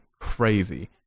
Crazy